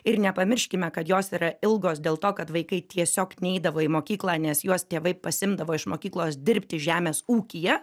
ir nepamirškime kad jos yra ilgos dėl to kad vaikai tiesiog neidavo į mokyklą nes juos tėvai pasiimdavo iš mokyklos dirbti žemės ūkyje